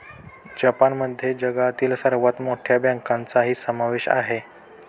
जपानमध्ये जगातील सर्वात मोठ्या बँकांचाही समावेश आहे